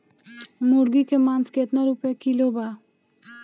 मुर्गी के मांस केतना रुपया किलो बा?